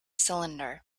cylinder